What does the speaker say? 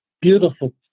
beautiful